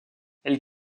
elle